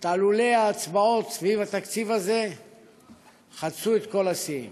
תעלולי ההצבעות סביב התקציב הזה עברו את כל השיאים.